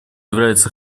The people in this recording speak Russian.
является